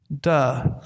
Duh